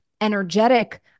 energetic